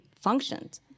functions